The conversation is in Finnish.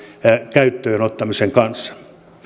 käyttöön ottamisen kanssa